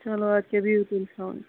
چَلو اَدٕ کیٛاہ بِہو تُہۍ